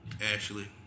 Ashley